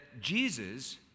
Jesus